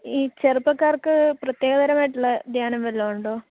ഈ ചെറുപ്പക്കാര്ക്ക് പ്രത്യേക തരമായിട്ടുള്ള ധ്യാനം വല്ലതും ഉണ്ടോ